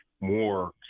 more